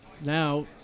Now